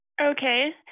Okay